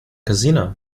casino